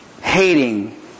hating